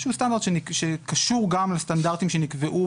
שהוא סטנדרט שקשור גם לסטנדרטים שנקבעו